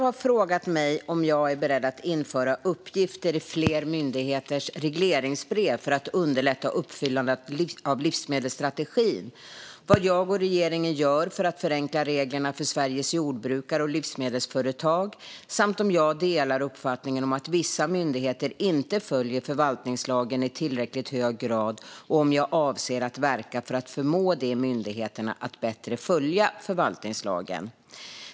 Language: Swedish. har frågat mig om jag är beredd att införa uppgifter i fler myndigheters regleringsbrev för att underlätta uppfyllandet av livsmedelsstrategin, vad jag och regeringen gör för att förenkla reglerna för Sveriges jordbrukare och livsmedelsföretag samt om jag delar uppfattningen att vissa myndigheter inte följer förvaltningslagen i tillräckligt hög grad och om jag avser att verka för att förmå de myndigheterna att bättre följa förvaltningslagen.